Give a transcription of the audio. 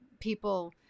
People